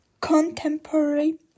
contemporary